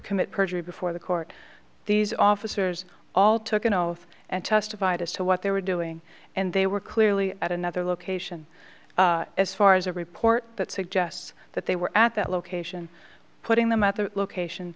commit perjury before the court these officers all took an oath and testified as to what they were doing and they were clearly at another location as far as a report that suggests that they were at that location putting them at the location